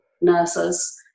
nurses